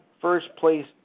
first-place